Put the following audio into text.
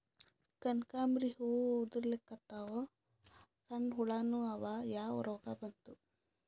ಕನಕಾಂಬ್ರಿ ಹೂ ಉದ್ರಲಿಕತ್ತಾವ, ಸಣ್ಣ ಹುಳಾನೂ ಅವಾ, ಯಾ ರೋಗಾ ಬಂತು?